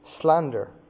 slander